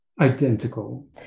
identical